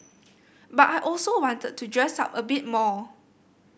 but I also wanted to dress up a bit more